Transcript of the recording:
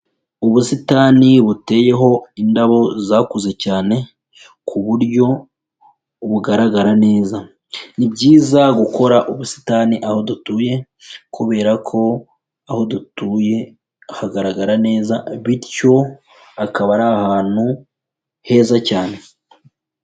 Ubusitani buteyeho indabo zakuze cyane ku buryo bugaragara neza. Ni byiza gukora ubusitani aho dutuye kubera ko aho dutuye hagaragara neza bityo akaba ari ahantu heza cyane.